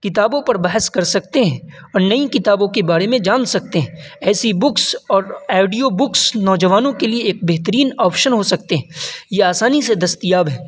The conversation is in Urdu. کتابوں پر بحث کر سکتے ہیں اور نئی کتابوں کے بارے میں جان سکتے ہیں ایسی بکس اور ایڈیو بکس نوجوانوں کے لیے ایک بہترین آپشن ہو سکتے ہیں یہ آسانی سے دستیاب ہے